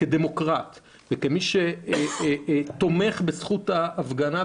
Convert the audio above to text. כדמוקרט וכמי שתומך בזכות ההפגנה,